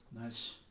Nice